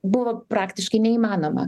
buvo praktiškai neįmanoma